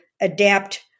adapt